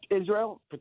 Israel